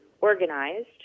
organized